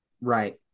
Right